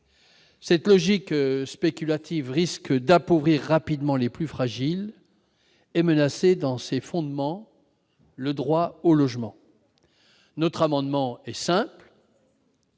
Cette logique spéculative risque d'appauvrir rapidement les plus fragiles et de menacer dans ses fondements le droit au logement. Notre amendement est simple